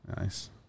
Nice